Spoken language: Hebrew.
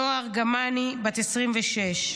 נועה ארגמני, בת 26,